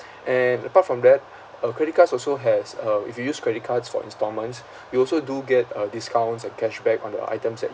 and apart from that uh credit cards also has uh if you use credit cards for instalments you also do get uh discounts and cashback on the items that